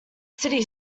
city